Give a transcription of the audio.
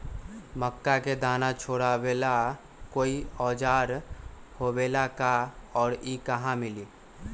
मक्का के दाना छोराबेला कोई औजार होखेला का और इ कहा मिली?